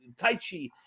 Taichi